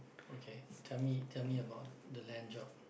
okay tell me tell me about the land job